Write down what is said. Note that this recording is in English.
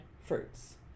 fruits